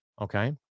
okay